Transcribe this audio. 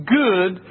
good